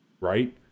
right